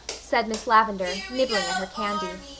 said miss lavendar, nibbling at her candy.